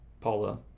Paula